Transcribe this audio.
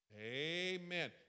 Amen